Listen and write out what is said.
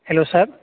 hello sir